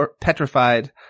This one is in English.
petrified